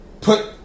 put